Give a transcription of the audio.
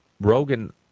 Rogan